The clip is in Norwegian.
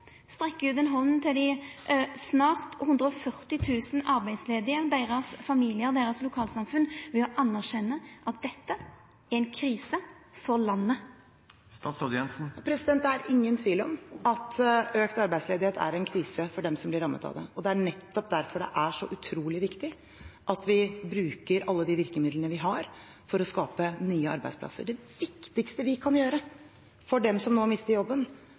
ut ei hand til dei snart 140 000 arbeidsledige og deira familiar og deira lokalsamfunn ved å anerkjenna at dette er ei krise for landet? Det er ingen tvil om at økt arbeidsledighet er en krise for dem som blir rammet av det, og det er nettopp derfor det er så utrolig viktig at vi bruker alle de virkemidlene vi har, for å skape nye arbeidsplasser. Det viktigste vi kan gjøre for dem som nå mister jobben,